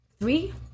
Three